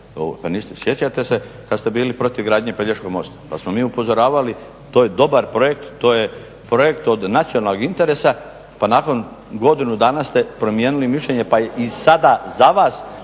pohvalio, sjećate se kad ste bili protiv gradnje Pelješkog mosta pa smo mi upozoravali, to je dobar projekt, to je projekt od nacionalnog interesa pa nakon godinu dana ste promijenili mišljenje pa i sada za vas